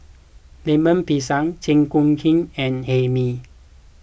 Lemper Pisang Chi Kak Kuih and Hae Mee